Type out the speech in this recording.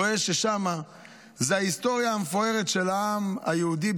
רואה ששם זו ההיסטוריה המפוארת של העם היהודי,